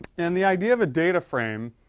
and the idea of a data frame,